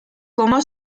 como